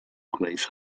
great